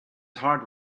heart